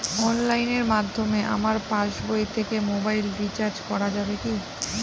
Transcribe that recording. অনলাইনের মাধ্যমে আমার পাসবই থেকে মোবাইল রিচার্জ করা যাবে কি?